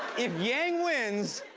if yang wins,